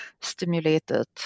stimulated